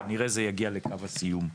כנראה זה יגיע לקו הסיום.